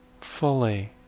fully